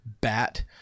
bat